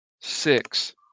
Six